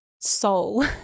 soul